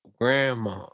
Grandma